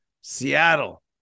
Seattle